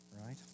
right